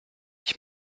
ich